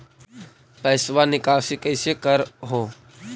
पैसवा निकासी कैसे कर हो?